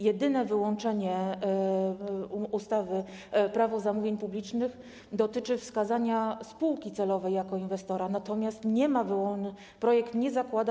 Jedyne wyłączenie ustawy - Prawo zamówień publicznych dotyczy wskazania spółki celowej jako inwestora, natomiast projekt nie zakłada